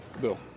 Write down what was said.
Bill